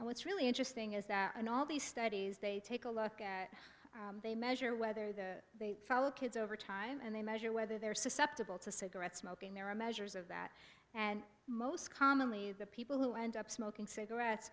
and what's really interesting is that in all these studies they take a look at they measure whether the they follow kids over time and they measure whether they're susceptible to cigarette smoking there are measures of that and most commonly the people who end up smoking cigarettes